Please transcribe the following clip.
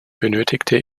benötigte